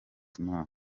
imana